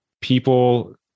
people